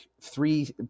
three